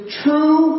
true